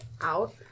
out